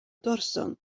dorson